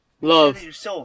Love